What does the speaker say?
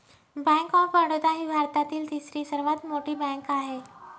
bank of Baroda ही भारतातील तिसरी सर्वात मोठी बँक आहे